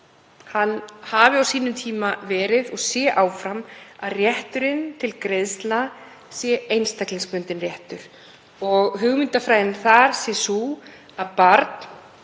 hafi á sínum tíma verið og sé áfram að rétturinn til greiðslna sé einstaklingsbundinn réttur og hugmyndafræðin þar sé sú að barn